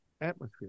atmosphere